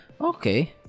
Okay